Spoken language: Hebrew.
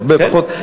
הרבה פחות.